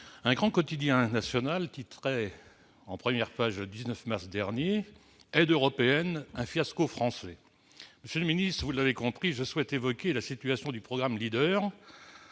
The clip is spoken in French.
un grand quotidien national titrait en première page le 19 mars dernier :« Aides européennes, un fiasco français ». Vous l'avez compris, je souhaite évoquer la situation du programme